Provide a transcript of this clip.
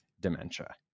dementia